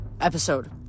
episode